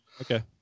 Okay